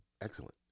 Excellent